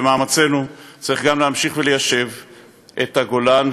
במאמצינו צריך גם להמשיך וליישב את הגולן,